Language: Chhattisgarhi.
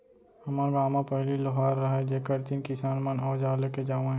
हर गॉंव म पहिली लोहार रहयँ जेकर तीन किसान मन अवजार लेके जावयँ